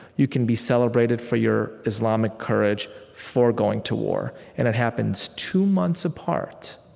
you can be celebrated for your islamic courage for going to war. and it happens two months apart.